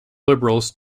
liberals